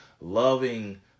loving